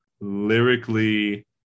lyrically